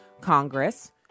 Congress